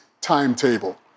timetable